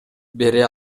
бере